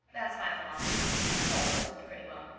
that's my philosophy and it's always worked pretty well.